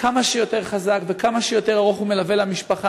כמה שיותר חזק וכמה שיותר ארוך ומלווה למשפחה,